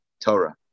Torah